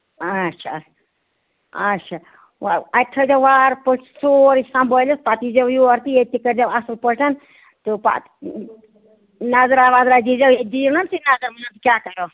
آچھا اَچھا اَچھا اتہِ تھٲے زیو وارٕ پٲٹھۍ سورُے سَمبٲلِتھ پَتہٕ یی زیو یور تہٕ ییٚتہِ تہِ کٔرۍ زیو اَصٕل پٲٹھۍ تہٕ پَتہٕ نظرا وَظرا دِسی زیو ییٚتہِ دِیو نہ تُہۍ نظر کیاہ کرو